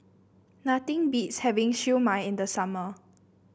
nothing beats having Siew Mai in the summer